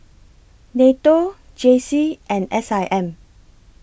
NATO J C and S I M